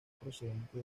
procedente